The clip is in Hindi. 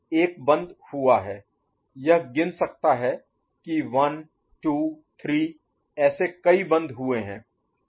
एक बंद हुआ है यह गिन सकता है कि 1 2 3 ऐसे कई बंद हुए हैं